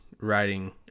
writing